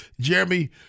Jeremy